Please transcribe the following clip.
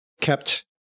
kept